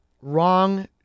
wrong